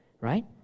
right